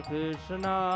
Krishna